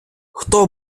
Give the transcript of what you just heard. хто